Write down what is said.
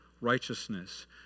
righteousness